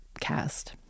cast